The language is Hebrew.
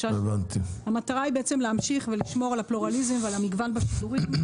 המטרה היא להמשיך ולשמור על הפלורליזם ועל המגוון בשידורים,